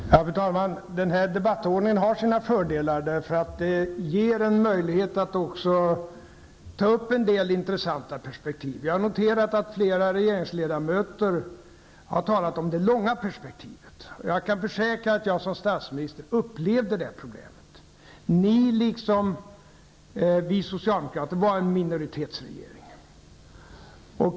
Fru talman! Den här debattordningen har sina fördelar, för den ger en möjlighet att ta upp en del intressanta perspektiv. Vi har noterat att flera regeringsledamöter har talat om det långa perspektivet. Jag kan försäkra att jag som statsminister upplevde det problemet. Ni är, liksom vi socialdemokrater var, en minoritetsregering.